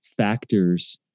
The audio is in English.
factors